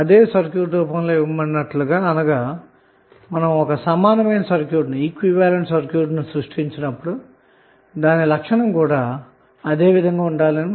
అంటే ఒక వేళ మనం ఈక్వివలెంట్ సర్క్యూట్ను సృష్టించినా దాని లక్షణం కూడా అదే విధంగా ఉండాలనా మాట